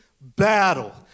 battle